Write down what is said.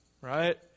Right